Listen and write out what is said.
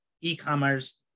e-commerce